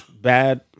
bad